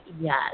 yes